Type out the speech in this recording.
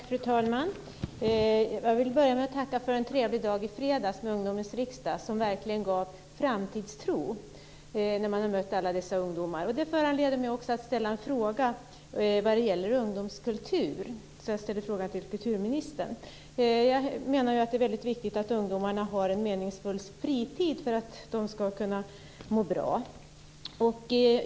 Fru talman! Jag vill börja med att tacka för en trevlig dag i fredags med Ungdomens riksdag, som verkligen gav framtidstro efter att ha mött alla dessa ungdomar. Det föranleder mig också att ställa en fråga vad gäller ungdomskultur. Jag ställer frågan till kulturministern. Jag menar att det är mycket viktigt att ungdomarna har en meningsfull fritid för att de ska kunna må bra.